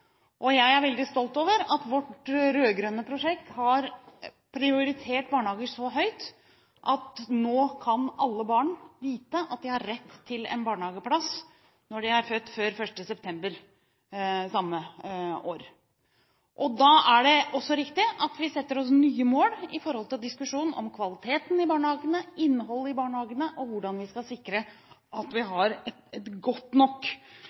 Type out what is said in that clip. nå. Jeg er veldig stolt over at vårt rød-grønne prosjekt har prioritert barnehager så høyt at nå kan alle barn på ett år vite at de har rett til en barnehageplass når de er født før 1. september året før. Da er det også riktig at vi setter oss nye mål i diskusjonen om kvaliteten i barnehagene, innholdet i barnehagene og hvordan vi skal sikre et godt nok